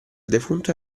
defunto